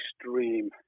extreme